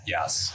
Yes